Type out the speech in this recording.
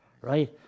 Right